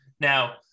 Now